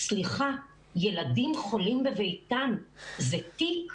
סליחה, ילדים חולים בביתם זה תיק?